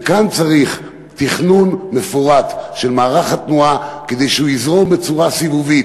וכאן צריך תכנון מפורט של מערך התנועה כדי שהיא תזרום בצורה סיבובית.